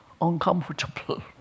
uncomfortable